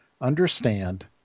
understand